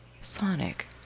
Sonic